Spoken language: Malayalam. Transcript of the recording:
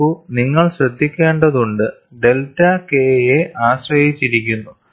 നോക്കൂ നിങ്ങൾ ശ്രദ്ധിക്കേണ്ടതുണ്ട് ഡെൽറ്റ K യെ ആശ്രയിച്ചിരിക്കുന്നു